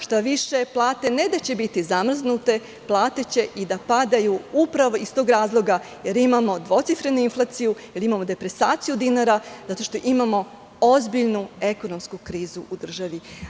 Štaviše, plate ne da će biti zamrznute, plate će i da padaju upravo iz tog razloga jer imamo dvocifrenu inflaciju, imamo depresaciju dinara, zato što imamo ozbiljnu ekonomsku krizu u državi.